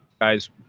guys